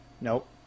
Nope